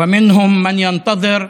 וכמה מהם עודם ממתינים,